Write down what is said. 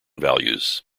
values